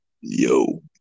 Yo